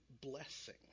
blessing